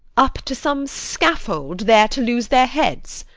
up to some scaffold, there to lose their heads?